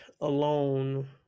alone